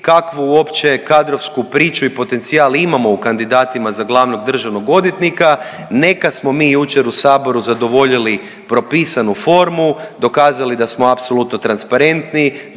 kakvu uopće kadrovsku priču i potencijal imamo u kandidatima za glavnog državnog odvjetnika, neka smo mi jučer u saboru zadovoljili propisanu formu, dokazali da smo apsolutno transparentni,